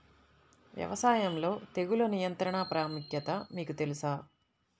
వ్యవసాయంలో తెగుళ్ల నియంత్రణ ప్రాముఖ్యత మీకు తెలుసా?